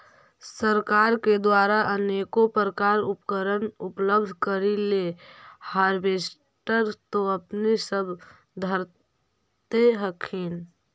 सरकार के द्वारा अनेको प्रकार उपकरण उपलब्ध करिले हारबेसटर तो अपने सब धरदे हखिन?